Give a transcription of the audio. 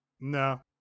No